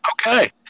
Okay